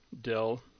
Dell